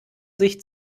sicht